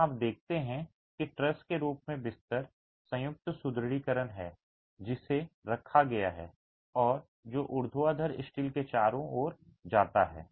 यहां आप देखते हैं कि ट्रस के रूप में बिस्तर संयुक्त सुदृढीकरण है जिसे रखा गया है और जो ऊर्ध्वाधर स्टील के चारों ओर जाता है